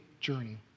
journey